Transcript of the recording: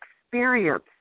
experience